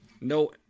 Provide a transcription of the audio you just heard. No